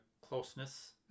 closeness